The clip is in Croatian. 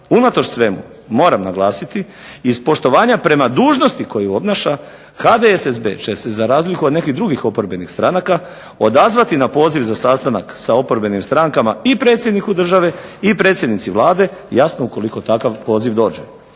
unatoč svemu, moram naglasiti, i iz poštovanja prema dužnosti koju obnaša HDSSB će se za razliku od nekih drugih oporbenih stranaka odazvati na poziv za sastanak sa oporbenim strankama i predsjedniku države i predsjednici Vlade, jasno ukoliko takav poziv dođe.